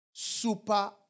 Super